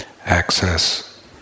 access